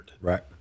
right